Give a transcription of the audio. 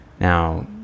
Now